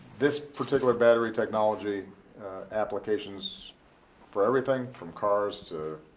this particular battery technology applications for everything from cars, to